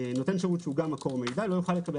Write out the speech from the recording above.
נותן שירות שהוא גם מקור מידע - לא יוכל לקבל